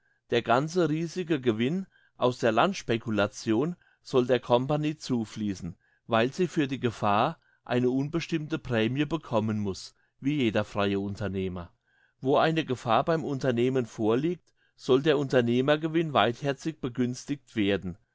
der ganze riesige gewinn aus der landspeculation soll der company zufliessen weil sie für die gefahr eine unbestimmte prämie bekommen muss wie jeder freie unternehmer wo eine gefahr beim unternehmen vorliegt soll der unternehmergewinn weitherzig begünstigt werden